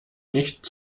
nicht